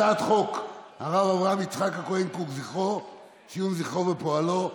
הצעת חוק הרב אברהם יצחק הכהן קוק (ציון זכרו ופועלו),